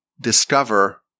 discover